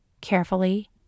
Carefully